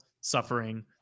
suffering